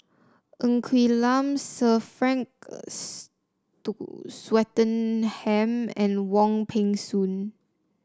Ng Quee Lam Sir Frank Swettenham and Wong Peng Soon